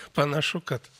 panašu kad